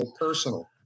personal